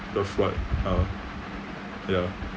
uh ya